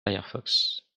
firefox